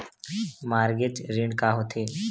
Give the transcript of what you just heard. Mortgage ऋण का होथे?